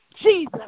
Jesus